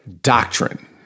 doctrine